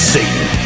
Satan